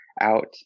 out